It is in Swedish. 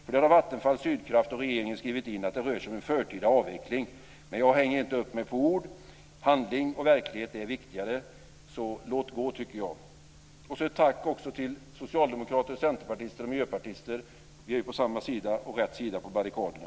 Där har Vattenfall, Sydkraft och regeringen skrivit in att det rör sig om en "förtida" avveckling. Men jag hänger inte upp mig på ord. Handling och verklighet är viktigare. Låt gå. Ett tack också till socialdemokrater, centerpartister och miljöpartister. Vi är på samma sida - och rätt sida - om barrikaderna.